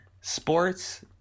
sports